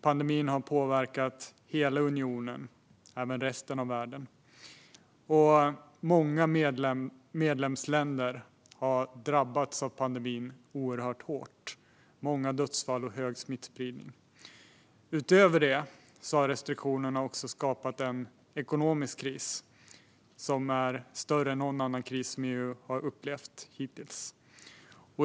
Pandemin har påverkat hela unionen och även resten av världen. Många medlemsländer har drabbats oerhört hårt av pandemin med många dödsfall och hög smittspridning. Utöver det har restriktionerna också skapat en ekonomisk kris som är större än någon annan kris som EU har upplevt hittills.